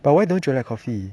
but why don't you like coffee